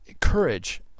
courage